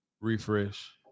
refresh